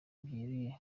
byeruye